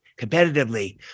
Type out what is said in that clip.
competitively